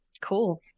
cool